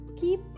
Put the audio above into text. keep